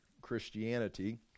Christianity